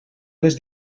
les